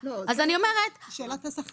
לא, זה שאלת השכר.